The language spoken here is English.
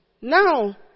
Now